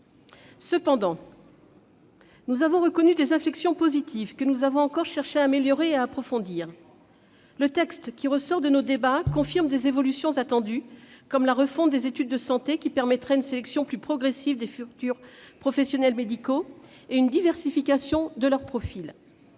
Toutefois, nous avons reconnu des inflexions positives, que nous avons cherché à améliorer et à approfondir. Le texte issu de nos débats confirme des évolutions attendues, comme la refonte des études de santé, qui permettra une sélection plus progressive des futurs professionnels médicaux et une diversification de leurs profils.